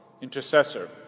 intercessor